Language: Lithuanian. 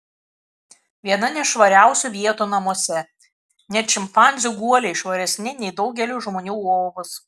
viena nešvariausių vietų namuose net šimpanzių guoliai švaresni nei daugelio žmonių lovos